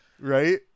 right